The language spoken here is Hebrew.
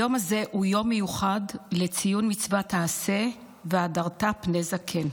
היום הזה הוא יום מיוחד לציון מצוות ה"עשה" ו"הדרת פני זקן".